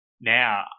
now